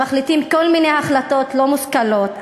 שמחליטים כל מיני החלטות לא מושכלות,